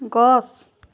গছ